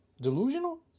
delusional